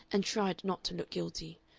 and tried not to look guilty.